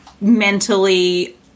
mentally